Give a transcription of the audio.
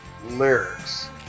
Lyrics